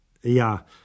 ja